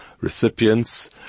recipients